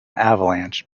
avalanche